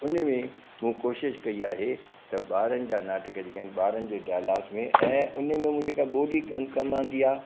उन में मूं कोशिश कई आहे त ॿारनि जा नाटक जेके आहिनि ॿारनि जे डायलॉग्स में ऐं उन में मूं जेका ॿोॾी कन कमु आंदी आहे